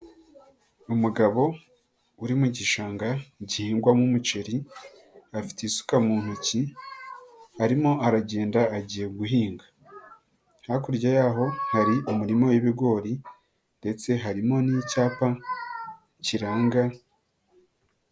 Umugabo uri mu gishanga gihingwamo umuceri, afite isuka mu ntoki arimo aragenda agiye guhinga, hakurya yaho hari umurima w'ibigori ndetse harimo n'icyapa kiranga.